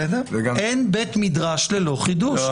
אין בית מדרש ללא חידוש,